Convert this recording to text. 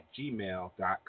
gmail.com